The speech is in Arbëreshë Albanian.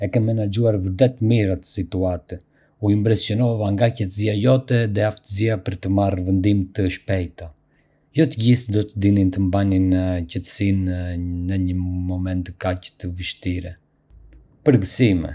E ke menaxhuar vërtet mirë atë situatë... u impresionova nga qetësia jote dhe aftësia për të marrë vendime të shpejta. Jo të gjithë do të dinin të mbanin qetësinë në një moment kaq të vështirë. Përgëzime!